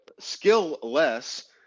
skillless